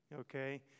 okay